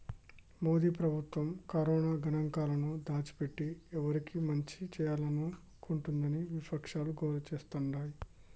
మోదీ ప్రభుత్వం కరోనా గణాంకాలను దాచిపెట్టి ఎవరికి మంచి చేయాలనుకుంటోందని విపక్షాలు గోల చేస్తాండాయి